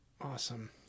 Awesome